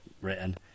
written